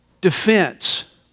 Defense